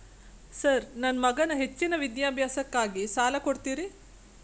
Sir ನನ್ನ ಮಗನ ಹೆಚ್ಚಿನ ವಿದ್ಯಾಭ್ಯಾಸಕ್ಕಾಗಿ ಸಾಲ ಕೊಡ್ತಿರಿ?